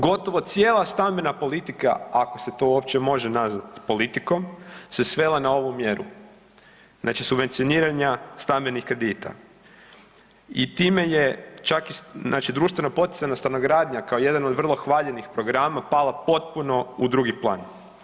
Gotovo cijela stambena politika ako se to uopće može nazvat politikom se svela na ovu mjeru, znači subvencioniranja stambenih kredita i time je čak znači društveno poticajna stanogradnja kao jedan od vrlo hvaljenih programa pala potpuno u drugi plan.